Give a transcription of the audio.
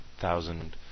thousand